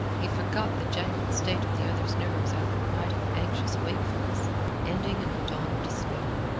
he forgot the jangled state of the other's nerves after a night of anxious wakefulness ending in a dawn of despair.